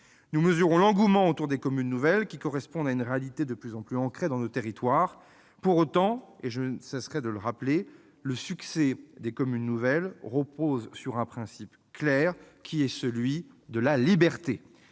Nous mesurons l'engouement autour des communes nouvelles, qui correspondent à une réalité de plus en plus ancrée dans nos territoires. Pour autant, et je ne cesserai de le rappeler, le succès des communes nouvelles repose sur un principe clair, qui est celui de la liberté.